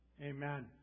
Amen